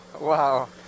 wow